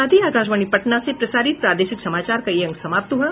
इसके साथ ही आकाशवाणी पटना से प्रसारित प्रादेशिक समाचार का ये अंक समाप्त हुआ